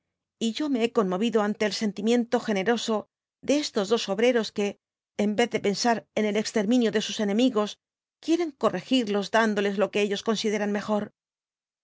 y yo me he conmovido ante el sentimiento generoso de estos dos obreros que en vez de pensar en el exterminio de sus enemigos quieren corregirlos dándoles lo que ellos consideran mejor